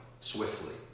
swiftly